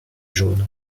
jaune